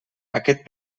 aquest